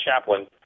chaplain